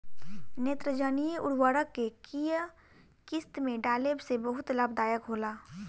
नेत्रजनीय उर्वरक के केय किस्त में डाले से बहुत लाभदायक होला?